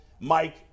mike